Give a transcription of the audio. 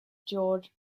george